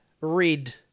red